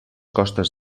costes